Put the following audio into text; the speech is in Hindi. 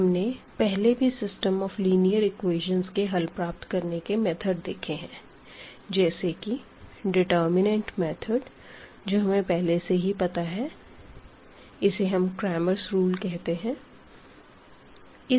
हमने पहले भी सिस्टम ऑफ़ लीनियर एक्वेशन्स के हल प्राप्त करने के मेथड देखे हैं जैसे कि डिटर्मिननेंट मेथड जो हमें पहले से ही पता है इसे हम क्रेमरस रूल Cramer's rule कहते हैं